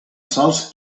sals